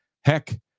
Heck